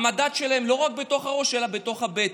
המדד שלהם לא רק בתוך הראש אלא בתוך הבטן.